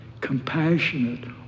compassionate